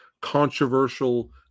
controversial